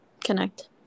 connect